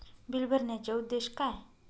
Bill भरण्याचे उद्देश काय?